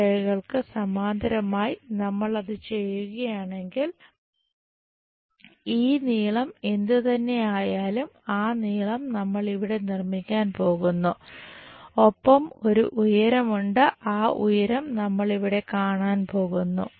ഈ രേഖകൾക്ക് സമാന്തരമായി നമ്മൾ അത് ചെയ്യുകയാണെങ്കിൽ ഈ നീളം എന്തുതന്നെ ആയാലും ആ നീളം നമ്മൾ ഇവിടെ നിർമ്മിക്കാൻ പോകുന്നു ഒപ്പം ഒരു ഉയരമുണ്ട് ആ ഉയരം നമ്മൾ ഇവിടെ കാണാൻ പോകുന്നു